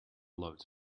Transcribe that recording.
loved